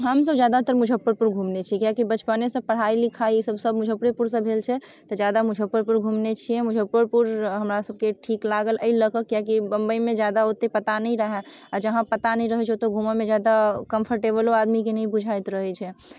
हमसब ज्यादातर मुजफ्फरपुर घुमने छिए कियाकि बचपनेसँ पढ़ाइ लिखाइ ईसब सब मुजफ्फरेपुरसँ भेल छै तऽ ज्यादा मुजफ्फरपुर घुमने छिए मुजफ्फरपुर हमरासबके ठीक लागल एहि लऽ कऽ कियाकि बम्बइमे ज्यादा ओतेक ज्यादा पता नहि रहै आओर जहाँ पता नहि रहै छै वहाँ ज्यादा आदमीके कम्फर्टेबलो बुझाइत नहि रहै छै